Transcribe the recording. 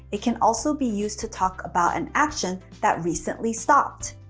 it can also be used to talk about an action that recently stopped.